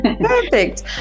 perfect